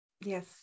Yes